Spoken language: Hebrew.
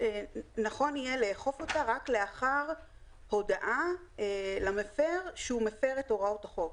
ונכון יהיה לאכוף אותה רק לאחר הודעה למפר שהוא מפר את הוראות החוק,